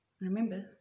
Remember